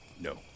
No